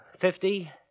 Fifty